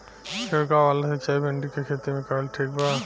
छीरकाव वाला सिचाई भिंडी के खेती मे करल ठीक बा?